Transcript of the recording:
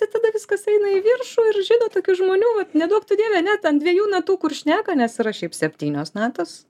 tai tada viskas eina į viršų ir žinot tokių žmonių vat neduok tu dieve net ant dviejų natų kur šneka nes yra šiaip septynios natos